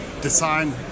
design